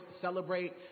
celebrate